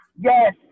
Yes